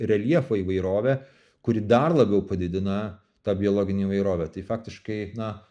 reljefo įvairovė kuri dar labiau padidina tą biologinę įvairovę tai faktiškai na